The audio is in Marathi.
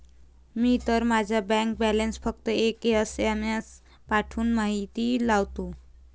मी तर माझा बँक बॅलन्स फक्त एक एस.एम.एस पाठवून माहिती लावतो